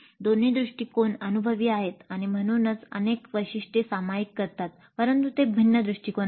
दोन्ही दृष्टिकोन अनुभवी आहेत आणि म्हणूनच अनेक वैशिष्ट्ये सामायिक करतात परंतु ते भिन्न दृष्टिकोन आहेत